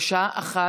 בשעה 13:00,